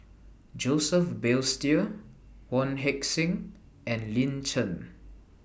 Joseph Balestier Wong Heck Sing and Lin Chen